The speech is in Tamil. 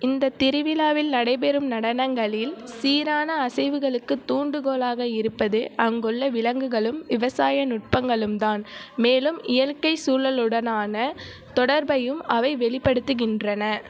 இந்தத் திருவிழாவில் நடைபெறும் நடனங்களில் சீரான அசைவுகளுக்குத் தூண்டுகோலாக இருப்பது அங்குள்ள விலங்குகளும் விவசாய நுட்பங்களும்தான் மேலும் இயற்கைச் சூழலுடனான தொடர்பையும் அவை வெளிப்படுத்துகின்றன